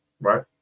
right